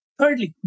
Thirdly